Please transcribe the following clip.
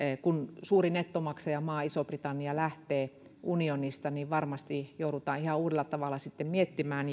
kun suuri nettomaksajamaa iso britannia lähtee unionista varmasti joudutaan ihan uudella tavalla sitten miettimään